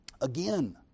Again